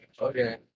okay